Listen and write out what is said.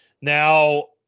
Now